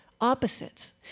opposites